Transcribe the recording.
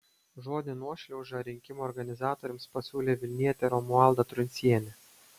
žodį nuošliauža rinkimų organizatoriams pasiūlė vilnietė romualda truncienė